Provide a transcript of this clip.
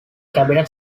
cabinet